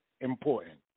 important